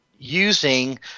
using